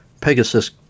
Pegasus